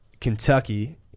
Kentucky